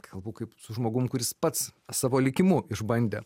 kalbu kaip su žmogum kuris pats savo likimu išbandė